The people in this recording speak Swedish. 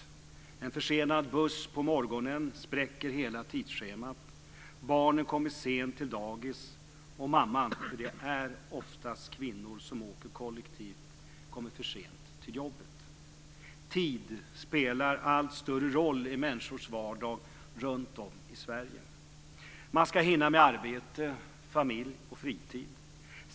En försenad buss på morgonen spräcker hela tidsschemat. Barnen kommer sent till dagis, och mamma - det är oftast kvinnor som åker kollektivt - kommer för sent till jobbet. Tid spelar allt större roll i människors vardag runt om i Sverige. Man ska hinna med arbete, familj och fritid.